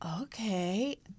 okay